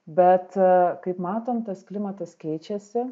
bet kaip matom tas klimatas keičiasi